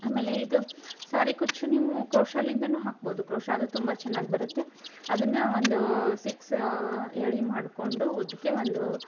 ಆಮೇಲೆ ಇದು ಸಾರಿ ಕುಚ್ಚು ನೀವು ಕ್ರೋಷದಿಂದನು ಹಾಕ್ಬೋದು ಕ್ರೋಷದ್ದು ತುಂಬ ಚೆನ್ನಾಗಿ ಬರುತ್ತೆ ಅದನ್ನು ಒಂದು ಸಿಕ್ಸು ಎಳೆ ಮಾಡಿಕೊಂಡು ಉದ್ದಕ್ಕೆ ಒಂದು